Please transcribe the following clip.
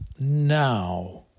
now